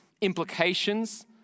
implications